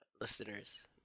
listeners